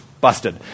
busted